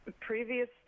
previous